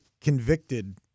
convicted